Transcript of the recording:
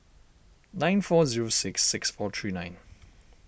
nine four zero six six four three nine